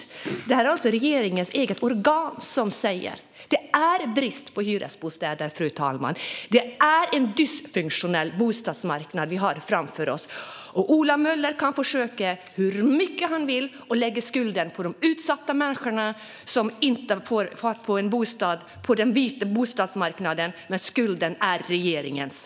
Detta är det alltså regeringens eget organ som säger. Det är brist på hyresbostäder, fru talman. Det är en dysfunktionell bostadsmarknad vi har framför oss. Ola Möller kan försöka så mycket han vill att lägga skulden på de utsatta människor som inte får tag i en bostad på den vita bostadsmarknaden, men skulden är regeringens.